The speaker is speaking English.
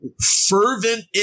fervent